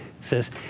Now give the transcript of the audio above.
says